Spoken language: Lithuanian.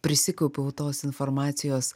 prisikaupiau tos informacijos